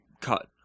cut